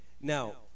Now